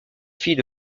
fille